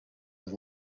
his